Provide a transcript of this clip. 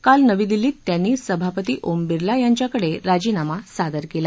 काल नवी दिल्लीत त्यांनी सभापती ओम बिरला यांच्याकडे राजीनामा सादर केला